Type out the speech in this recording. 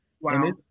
Wow